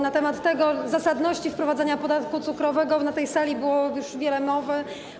Na temat zasadności wprowadzania podatku cukrowego na tej sali było już wiele mowy.